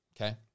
Okay